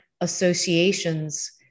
associations